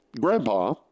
Grandpa